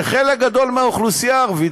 שחלק גדול מהאוכלוסייה הערבית,